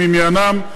למניינם.